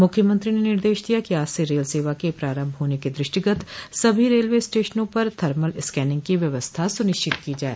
मुख्यमंत्री ने निर्देश दिया कि आज से रेल सेवा के प्रारम्भ होने के द्रष्टिगत सभी रेलव स्टेशनों पर थर्मल स्कैनिंग की व्यवस्था सुनिश्चित की जाए